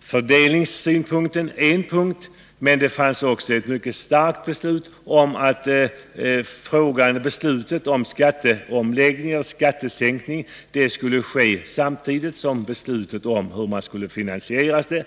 fördelningssynpunkten en punkt bland flera. Där underströks också mycket starkt att beslutet om skatteomläggning och skattesänkning skulle fattas samtidigt som beslutet om hur man skulle finansiera skattesänkningen.